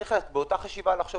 צריך לחשוב